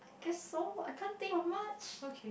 guess so I can't think of much